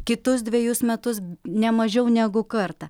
kitus dvejus metus ne mažiau negu kartą